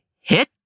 hit